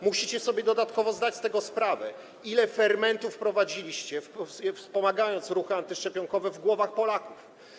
Musicie sobie dodatkowo zdać z tego sprawę, ile fermentu wprowadziliście, wspomagając ruchy antyszczepionkowe, w głowach Polaków.